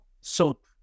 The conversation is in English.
soap